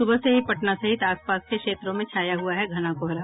सुबह से ही पटना सहित आप पास के क्षेत्रों में छाया हुआ है घना कोहरा